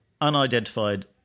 Unidentified